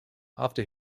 after